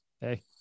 Hey